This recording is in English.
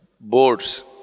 Boards